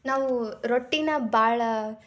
ನಾವು ರೊಟ್ಟಿನ ಭಾಳ